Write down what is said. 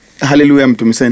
Hallelujah